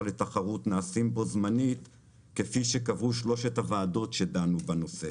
לתחרות נעשים בו זמנית כפי שקבעו שלושת הוועדות שדנו בנושא